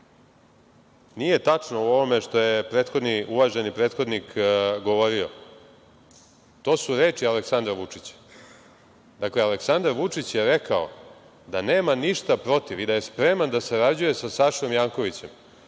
nije tačno u ovome što je uvaženi prethodnik govorio, to su reči Aleksandra Vučića. Aleksandar Vučić je rekao da nema ništa protiv i da je spreman da sarađuje sa Sašom Jankovićem,